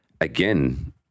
again